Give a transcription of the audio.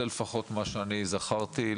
זה לפחות מה שאני זכרתי,